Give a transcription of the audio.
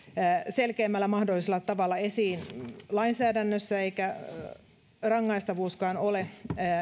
selkeimmällä mahdollisella tavalla esiin lainsäädännössä eikä tekojen rangaistavuuskaan ole